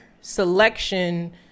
selection